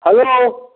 hello